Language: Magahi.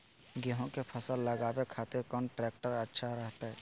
गेहूं के फसल लगावे खातिर कौन ट्रेक्टर अच्छा रहतय?